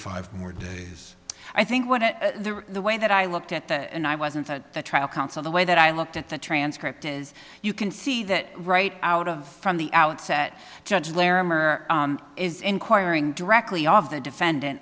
five more days i think what the the way that i looked at the and i wasn't a the trial counsel the way that i looked at the transcript is you can see that right out of from the outset judge lehrer is inquiring directly all of the defendant